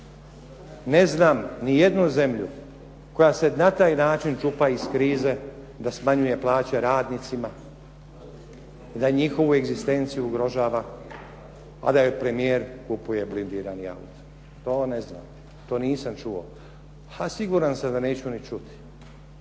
Ne znam ni jednu zemlju koja se na taj način čupa iz krize da smanjuje plaće radnicima i da njihovu egzistenciju ugrožava, a da joj premijer kupuje blindirani auto. To ne znam, to nisam čuo. A siguran sam da neću ni čuti